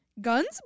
guns